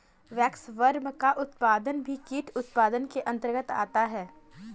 waxworm का उत्पादन भी कीट उत्पादन के अंतर्गत आता है